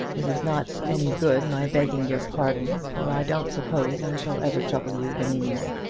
it is not any good my begging your pardon, for i don't suppose i shall ever trouble you any more.